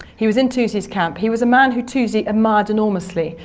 he was in toosey's camp. he was a man who toosey admired enormously.